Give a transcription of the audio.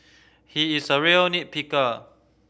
he is a real nit picker